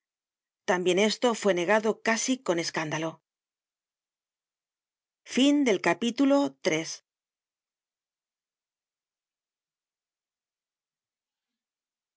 tambien esto fue negado casi con escándalo content from